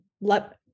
Let